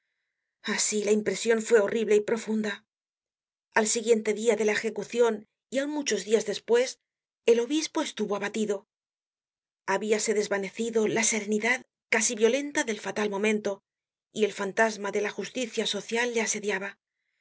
así la impresion fue horrible y profunda al siguiente dia de la ejecucion y aun muchos dias despues el obispo estuvo abatido habíase desvanecido la serenidad casi violenta del fatal momento y el fantasma de la justicia social le asediaba